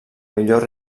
millor